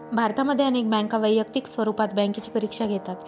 भारतामध्ये अनेक बँका वैयक्तिक स्वरूपात बँकेची परीक्षा घेतात